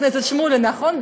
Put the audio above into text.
חבר הכנסת שמולי, נכון?